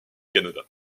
canada